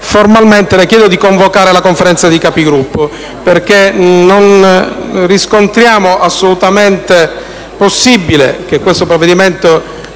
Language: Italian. formalmente le chiedo di convocare la Conferenza dei Capigruppo perché non riteniamo assolutamente possibile che questo provvedimento